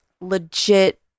legit